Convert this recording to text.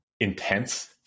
intense